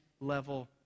level